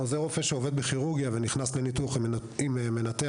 זה רופא שעובד בכירורגיה ונכנס לניתוח עם מנתח